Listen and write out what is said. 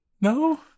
No